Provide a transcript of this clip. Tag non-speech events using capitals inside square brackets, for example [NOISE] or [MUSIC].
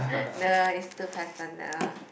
[BREATH] no is too personal